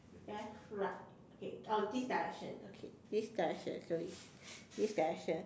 left right okay uh this direction okay this direction so it's this direction